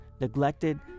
neglected